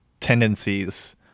tendencies